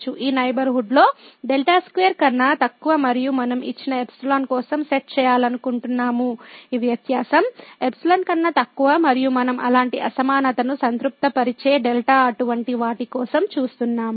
ఈ నైబర్హుడ్ లో δ2 కన్నా తక్కువ మరియు మనం ఇచ్చిన ϵ కోసం సెట్ చేయాలనుకుంటున్నాము ఈ వ్యత్యాసం ϵ కన్నా తక్కువ మరియు మనం అలాంటి అసమానతను సంతృప్తిపరిచే δ అటువంటి వాటి కోసం చూస్తున్నాము